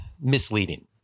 misleading